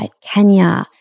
Kenya